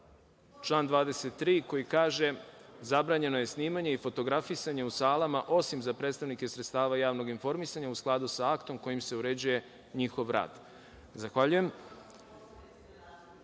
član 23. koji kaže – zabranjeno je snimanje i fotografisanje u salama, osim za predstavnike sredstava javnog informisanja u skladu sa aktom kojim se uređuje njihov rad. Zahvaljujem. Reč